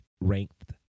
ranked